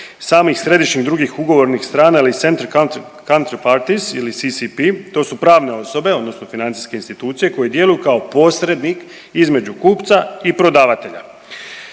samih središnjih drugih ugovornih strana ili …/Govornik se ne razumije/… ili CCP, to su pravne osobe odnosno financijske institucije koje djeluju kao posrednik između kupca i prodavatelja